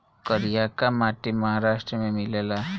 करियाका माटी महाराष्ट्र में मिलेला